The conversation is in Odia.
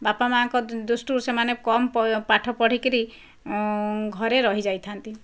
ବାପା ମାଆଙ୍କ ଦୃଷ୍ଟିରୁ ସେମାନେ କମ ପାଠ ପଢ଼ି କରି ଘରେ ରହି ଯାଇଥାନ୍ତି